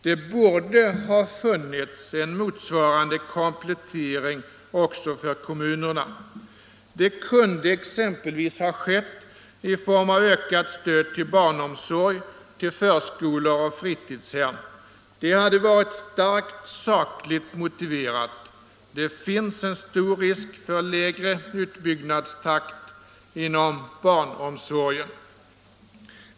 Det borde ha funnits en motsvarande komplettering också för kommunerna. Det kunde exempelvis ha skett i form av ökat stöd till barnomsorg, till förskolor och fritidshem. Det hade varit starkt sakligt motiverat. Det finns en stor risk för lägre utbyggnadstakt inom barnomsorgen.